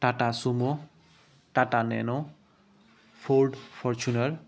Tata sumo Tata nano ford Fortuner